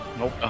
Nope